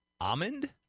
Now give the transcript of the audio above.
Almond